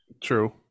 True